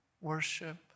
worship